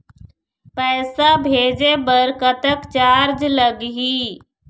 पैसा भेजे बर कतक चार्ज लगही?